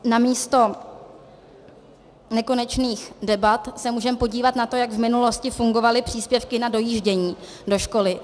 Namísto nekonečných debat se můžeme podívat, jak v minulosti fungovaly příspěvky na dojíždění do školy.